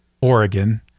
Oregon